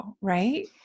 Right